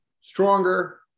stronger